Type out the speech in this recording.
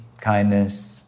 kindness